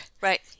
Right